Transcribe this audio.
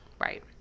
Right